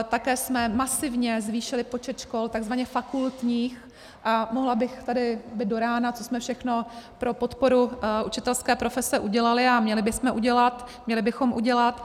Také jsme masivně zvýšili počet škol takzvaně fakultních, a mohla bych tady být do rána, co jsme všechno pro podporu učitelské profese udělali a měli bychom udělat.